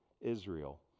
Israel